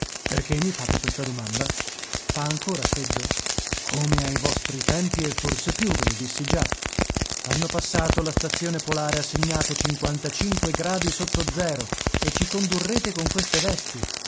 perché mi fate questa domanda fa ancora freddo come ai vostri tempi e forse più ve lo dissi già l'anno passato la stazione polare ha segnato sotto zero e ci condurrete con queste vesti